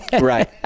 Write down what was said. Right